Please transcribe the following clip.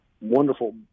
wonderful